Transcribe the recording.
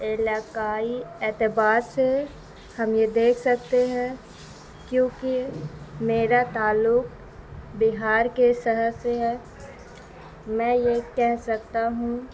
علاقائی اعتبار سے ہم یہ دیکھ سکتے ہیں کیونکہ میرا تعلق بہار کے شہر سے ہے میں یہ کہہ سکتا ہوں